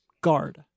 guard